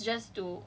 the laki lah